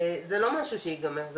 זה לא משהו שייגמר.